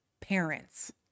parents